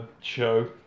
show